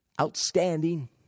outstanding